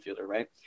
right